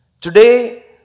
Today